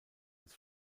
des